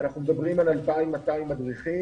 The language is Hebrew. אנחנו מדברים על 2,200 מדריכים,